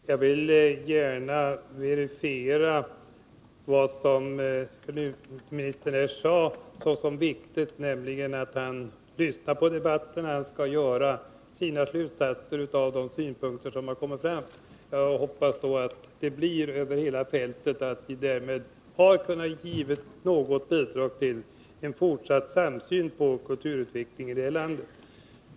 Herr talman! Kulturministern sade att det var viktigt — och jag vill gärna verifiera det — att han lyssnar på debatten och drar sina slutsatser av de synpunkter som har kommit fram. Jag hoppas att det sker över hela fältet och att vi därmed har kunnat ge något bidrag till en fortsatt samsyn på kulturutvecklingen här i landet.